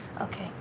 Okay